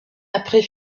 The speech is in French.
après